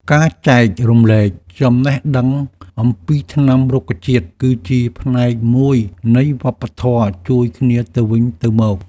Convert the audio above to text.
ការចែករំលែកចំណេះដឹងអំពីថ្នាំរុក្ខជាតិ គឺជាផ្នែកមួយនៃវប្បធម៌ជួយគ្នាទៅវិញទៅមក។